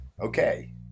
Okay